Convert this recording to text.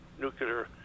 nuclear